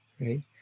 right